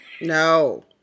No